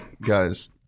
Guys